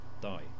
die